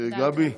גבי.